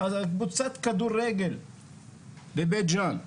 קבוצת כדורגל בבית ג'אן.